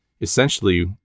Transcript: essentially